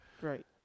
right